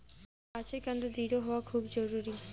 গাছের কান্ড দৃঢ় হওয়া খুব জরুরি